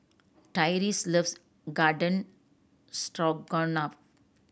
Tyreese loves Garden Stroganoff